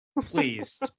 Please